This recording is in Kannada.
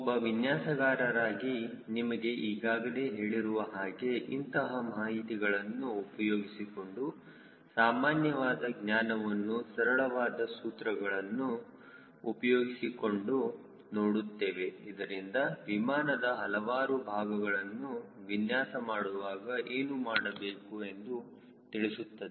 ಒಬ್ಬ ವಿನ್ಯಾಸಕಾರರಿಗೆ ನಿಮಗೆ ಈಗಾಗಲೇ ಹೇಳಿರುವ ಹಾಗೆ ಇಂತಹ ಮಾಹಿತಿಗಳನ್ನು ಉಪಯೋಗಿಸಿಕೊಂಡು ಸಾಮಾನ್ಯವಾದ ಜ್ಞಾನವನ್ನು ಸರಳವಾದ ಸೂತ್ರಗಳನ್ನು ಉಪಯೋಗಿಸಿಕೊಂಡು ನೋಡುತ್ತೇವೆ ಇದರಿಂದ ವಿಮಾನದ ಹಲವಾರು ಭಾಗಗಳನ್ನು ವಿನ್ಯಾಸ ಮಾಡುವಾಗ ಏನು ಮಾಡಬೇಕು ಎಂದು ತಿಳಿಸುತ್ತದೆ